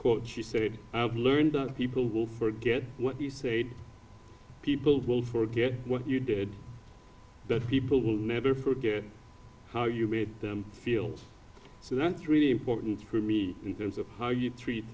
she said i've learned people will forget what you said people will forget what you did that people will never forget how you made them feel so that's really important to me in terms of how you treat